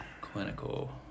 Clinical